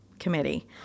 committee